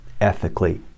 ethically